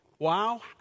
Wow